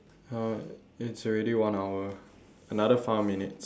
!huh! it's already one hour another five more minutes